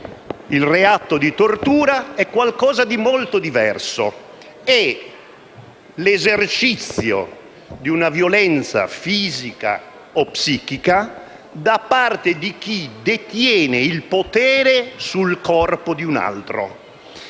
il reato di tortura è qualcosa di molto diverso: è l'esercizio di una violenza fisica o psichica da parte di chi detiene il potere sul corpo di un altro.